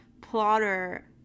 plotter